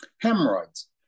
hemorrhoids